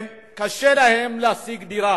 קשה להם להשיג דירה.